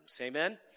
amen